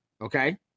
okay